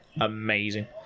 amazing